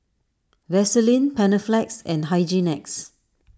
Vaselin Panaflex and Hygin X